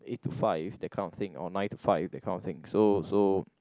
eight to five that counting or nine to five that counting so so